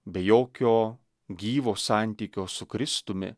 be jokio gyvo santykio su kristumi